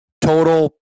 total